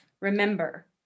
remember